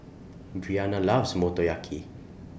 Breanna loves Motoyaki